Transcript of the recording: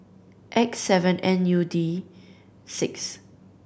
X seven N U D six